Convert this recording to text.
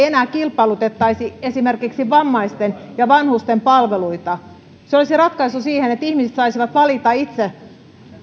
enää kilpailutettaisi esimerkiksi vammaisten ja vanhusten palveluita se olisi ratkaisu siihen että ihmiset saisivat valita itse